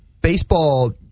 Baseball